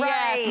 Yes